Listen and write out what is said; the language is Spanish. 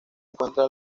encuentra